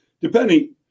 depending